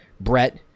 Brett